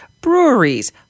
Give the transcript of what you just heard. breweries